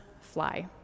fly